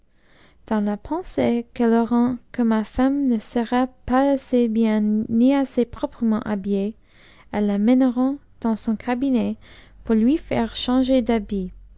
dans la pensée'qu'enes auront que uia femme ne sera pas assez bien ni assez proprement ha ihëa emes la n ëneront dans son cabinet pour lui faire changer d